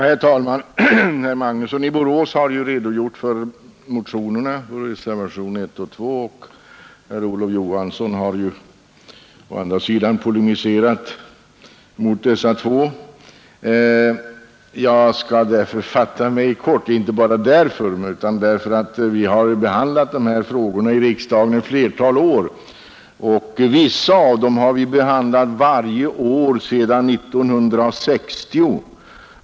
Herr talman! Herr Magnusson i Borås har redogjort för motionerna och reservationerna 1 och 2. Herr Olof Johansson har polemiserat mot dessa två reservationer. Inte bara av den anledningen utan också därför att vi har behandlat dessa frågor i riksdagen under ett flertal år skall jag fatta mig kort. Vissa av dessa frågor har vi t.o.m. behandlat varje år sedan år 1960.